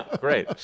Great